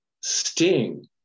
Sting